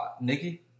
Nikki